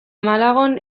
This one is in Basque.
malagon